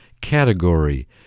category